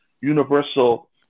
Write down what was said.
universal